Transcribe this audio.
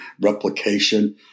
replication